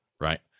right